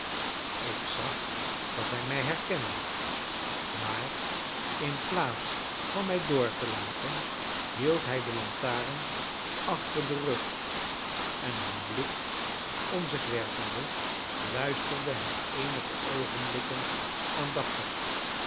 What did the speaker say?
ik zag dat hij mij herkende maar inplaats van mij door te laten hield hij de lantaarn achter den rug en een blik om zich werpende luisterde hij eenige oogenblikken aandachtig